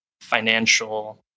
financial